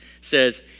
says